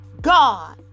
God